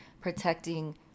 protecting